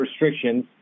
restrictions